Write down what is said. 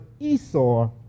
Esau